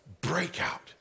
breakout